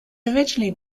originally